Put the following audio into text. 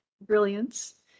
brilliance